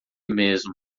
mesmo